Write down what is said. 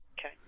Okay